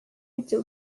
était